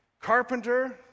carpenter